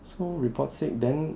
so report sick then